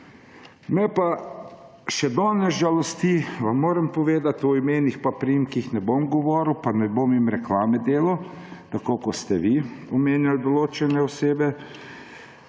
Me pa še danes žalosti, vam moram povedati, o imenih pa priimkih ne bom govoril, pa ne bom jim reklame delal, tako kot ste vi omenjali določene osebe,